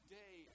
day